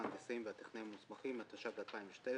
התשע"ז-2017.